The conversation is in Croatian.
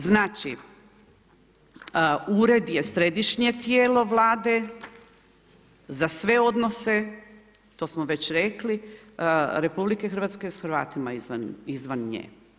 Znači, Ured je središnje tijelo Vlade za sve odnose, to smo već rekli RH s Hrvatima izvan nje.